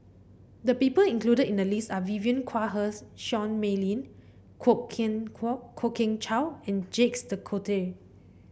the people included in the list are Vivien Quahe's Seah Mei Lin Kwok Kian Kwok Kian Chow and Jacques De Coutre